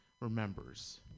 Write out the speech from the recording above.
remembers